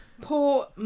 poor